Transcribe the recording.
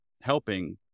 helping